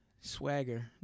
swagger